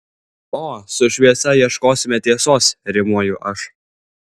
o su šviesa ieškosime tiesos rimuoju aš